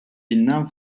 binden